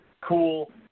cool